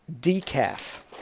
Decaf